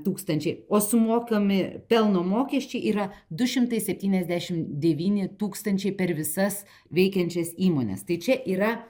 tūkstančiai o sumokami pelno mokesčiai yra du šimtai septyniasdešim devyni tūkstančiai per visas veikiančias įmones tai čia yra